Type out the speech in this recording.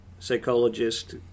Psychologist